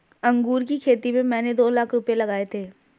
अंगूर की खेती में मैंने दो लाख रुपए लगाए थे